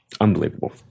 unbelievable